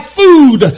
food